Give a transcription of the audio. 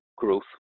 Growth